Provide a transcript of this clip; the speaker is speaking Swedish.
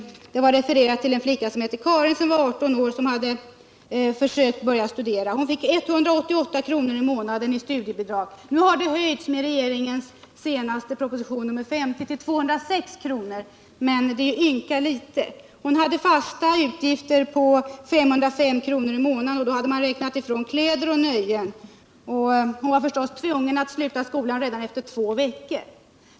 Klippet refererade till en flicka, Karin 18 år, som hade försökt börja studera. Hon fick 188 kr. i månaden i studiebidrag. Nu har bidraget, med regeringens proposition 1978/79:50, höjts till 206 kr. Men det är ynka litet. Hon hade fasta utgifter på 505 kr. i månaden, och då hade man räknat ifrån kläder och nöjen. Hon var förstås tvungen att sluta skolan redan efter två veckor.